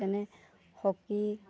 যেনে হকী